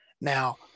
Now